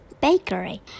bakery